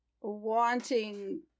wanting